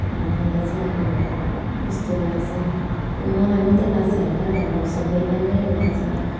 मलाई चाहिँ अब यस्तो लाग्छ मलाई मात्र लाग्छ होइन अब सबैलाई नै लाग्छ